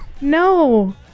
no